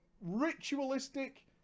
ritualistic